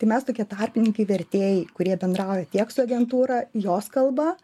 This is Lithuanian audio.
tai mes tokie tarpininkai vertėjai kurie bendrauja tiek su agentūra jos kalba